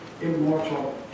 immortal